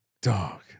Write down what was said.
Dog